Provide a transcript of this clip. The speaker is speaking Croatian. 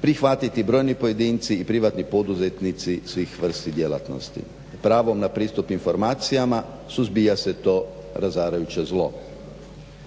prihvatiti brojni pojedinci i privatni poduzetnici svih vrsti djelatnosti. Pravo na pristup informacijama suzbija se to razarajuće zlo.